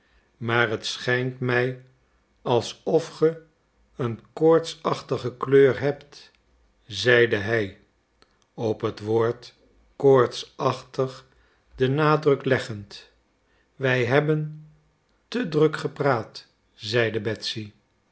maar het schijnt mij alsof ge een koortsachtige kleur hebt zeide hij op het woord koortsachtig den nadruk leggend wij hebben te druk gepraat zeide betsy